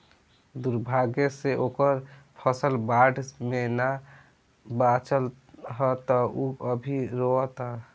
दुर्भाग्य से ओकर फसल बाढ़ में ना बाचल ह त उ अभी रोओता